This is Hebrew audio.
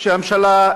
שהממשלה,